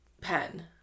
pen